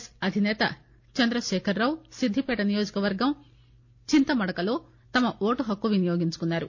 yes అధిసేత చంద్రశేఖరరావు సిద్దిపేట నియోజకవర్గం చింతమడకలో తమ ఓటు హక్కును వినియోగించుకున్నారు